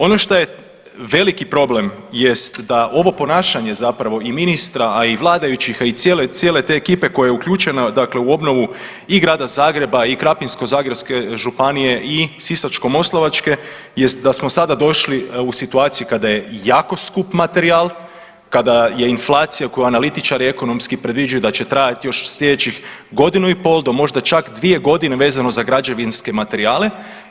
Ono što je veliki problem jest da ovo ponašanje zapravo i ministra, a i vladajućih a i cijele te ekipe koja je uključena, dakle u obnovu i grada Zagreba i Krapinsko-zagorske županije i Sisačko-moslavačke jest da smo sada došli u situaciju kada je jako skup materijal, kada je inflacija koju analitičari ekonomski predviđaju da će trajati još sljedećih godinu i pol do možda čak dvije godine vezano za građevinske materijale.